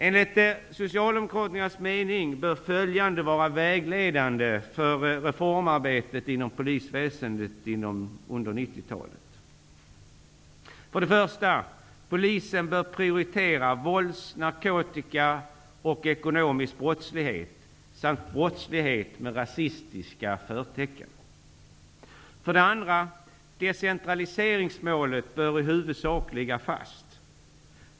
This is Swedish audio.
Enligt Socialdemokraternas mening bör följande vara vägledande för reformarbetet inom polisväsendet under 90-talet. Polisen bör prioritera vålds-, narkotika och ekonomisk brottslighet samt brottslighet med rasistiska förtecken. Decentraliseringsmålet bör i huvudsak ligga fast.